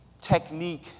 technique